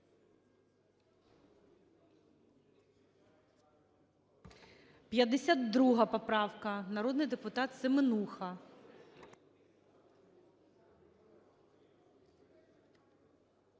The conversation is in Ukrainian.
52 поправка. Народний депутат Семенуха.